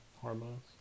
hormones